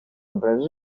образ